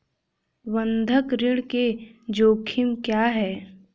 बंधक ऋण के जोखिम क्या हैं?